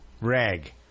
Rag